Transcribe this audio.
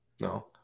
no